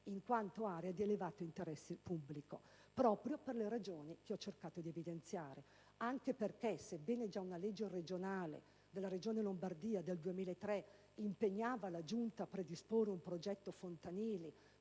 in quanto area di elevato interesse pubblico, proprio per le ragioni che ho cercato di evidenziare. Anche perché, sebbene già una legge della Regione Lombardia del 2003 impegnasse la Giunta a predisporre un progetto fontanili